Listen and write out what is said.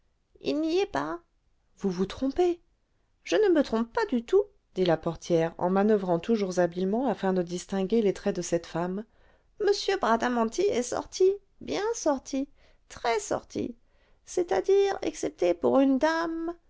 il n'y est pas vous vous trompez je ne me trompe pas du tout dit la portière en manoeuvrant toujours habilement afin de distinguer les traits de cette femme m bradamanti est sorti bien sorti très sorti c'est-à-dire excepté pour une dame